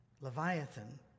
Leviathan